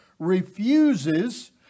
refuses